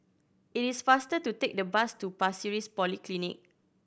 it is faster to take the bus to Pasir Ris Polyclinic